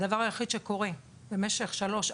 הדבר היחיד שקורה במשך שלוש,